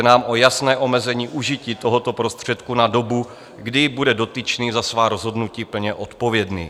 Jde nám o jasné omezení užití tohoto prostředku na dobu, kdy bude dotyčný za svá rozhodnutí plně odpovědný.